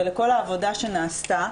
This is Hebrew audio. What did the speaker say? על כל העבודה שנעשתה.